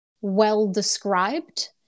well-described